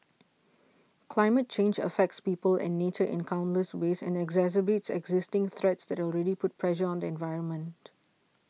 climate change affects people and nature in countless ways and exacerbates existing threats that already put pressure on the environment